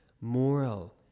moral